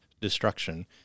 destruction